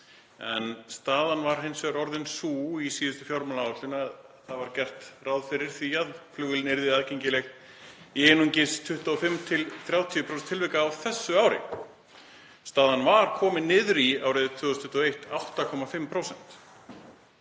Staðan var hins vegar orðin sú í síðustu fjármálaáætlun að það var gert ráð fyrir því að flugvélin yrði aðgengileg í einungis 25–30% tilvika á þessu ári. Staðan var komin niður í 8,5% árið 2021 þegar